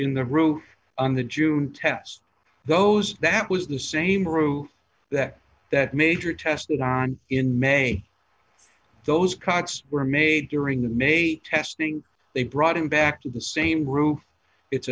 in the roof on the june test those that was the same room that that major tested on in may those cuts were made during the may testing they brought him back to the same roof it's